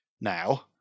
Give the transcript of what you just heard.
now